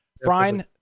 brian